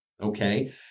okay